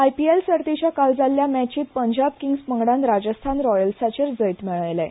आयपीएल सर्तीच्या काल जाल्ले मॅचींत पंजाब किंग्स पंगडान राजस्थान रॉयल्साचेर जैत मेळयलें